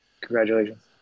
Congratulations